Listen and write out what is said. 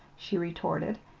she retorted.